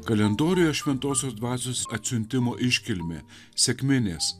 kalendoriuje šventosios dvasios atsiuntimo iškilmė sekminės